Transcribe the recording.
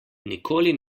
nikoli